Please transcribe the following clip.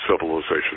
civilization